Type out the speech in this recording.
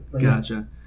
gotcha